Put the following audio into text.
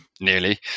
Nearly